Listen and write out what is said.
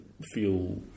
feel